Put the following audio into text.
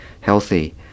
healthy